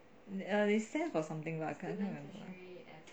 er they stand for something lah cannot really remember